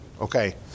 okay